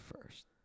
first